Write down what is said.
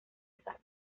sal